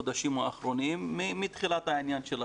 בחודשים האחרונים מתחילת העניין של הקורונה.